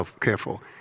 careful